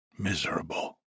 miserable